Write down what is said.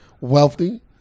Wealthy